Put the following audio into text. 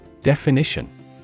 Definition